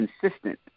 consistent